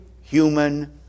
human